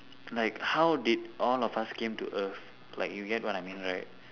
like how did all of us came to earth like you get what I mean right